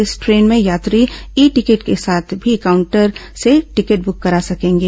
इस द्रेन में यात्री ई टिकट के साथ ही काउंटर से भी टिकट ब्रक करा सकेंगे